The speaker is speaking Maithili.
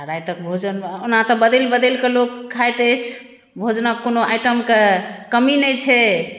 आ रातिक भोजनमे ओना तऽ बदलि बदलि कऽ लोक खाइत अछि भोजनक कोनो आइटमके कमी नहि छै